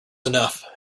enough